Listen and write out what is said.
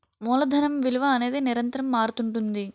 మూలధనం విలువ అనేది నిరంతరం మారుతుంటుంది